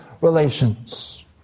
relations